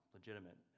legitimate